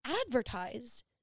advertised